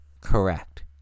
correct